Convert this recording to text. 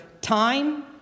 time